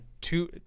two